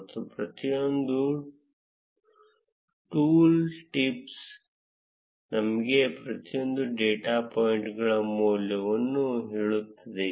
ಮತ್ತು ಪ್ರತಿಯೊಂದು tool tips ನಮಗೆ ಪ್ರತಿಯೊಂದು ಡೇಟಾ ಪಾಯಿಂಟ್ಗಳ ಮೌಲ್ಯವನ್ನು ಹೇಳುತ್ತದೆ